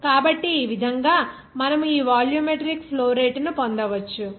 కాబట్టి ఈ విధంగా మనము ఈ వాల్యూమెట్రిక్ ఫ్లో రేటు ను పొందవచ్చు